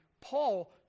Paul